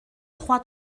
trois